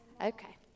Okay